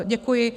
Děkuji.